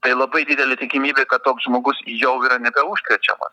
tai labai didelė tikimybė kad toks žmogus jau yra nebeužkrečiamas